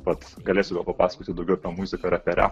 pats galėsiu papasakoti daugiau apie muziką ir apie repą